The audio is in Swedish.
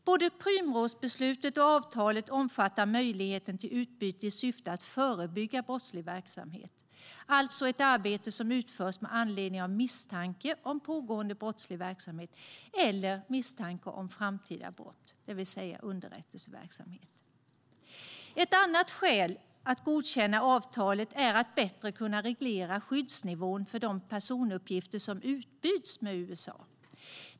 Både Prümrådsbeslutet och avtalet omfattar möjlighet till utbyte i syfte att förebygga brottslig verksamhet, alltså ett arbete som utförs med anledning av misstanke om pågående brottslig verksamhet eller misstanke om framtida brott, det vill säga underrättelseverksamhet. Ett annat skäl för att godkänna avtalet är att bättre kunna reglera skyddsnivån för de personuppgifter som utbyts med USA.